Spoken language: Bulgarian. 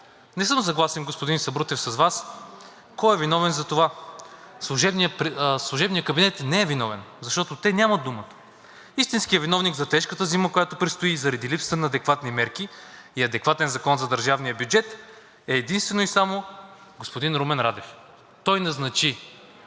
Не съм съгласен, господин Сабрутев, с Вас: кой е виновен за това? Служебният кабинет не е виновен, защото те нямат думата. Истинският виновник за тежката зима, която предстои и заради липсата на адекватни мерки и адекватен Закон за държавния бюджет, е единствено и само господин Румен Радев. Той назначи